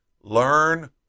learn